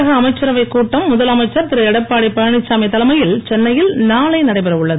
தமிழக அமைச்சரவை கூட்டம் முதலமைச்சர் திரு எடப்பாடி பழனிச்சாமி தலைமையில் சென்னையில் நாளை நடைபெறவுள்ளது